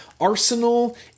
arsenal